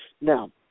Now